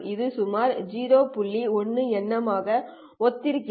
1 nm ஐ ஒத்திருக்கிறது